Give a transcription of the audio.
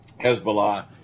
Hezbollah